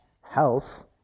health